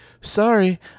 sorry